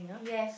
yes